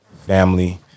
family